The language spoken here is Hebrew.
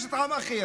שכובשת עם אחר.